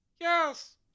Yes